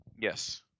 Yes